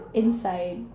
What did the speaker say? inside